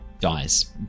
dies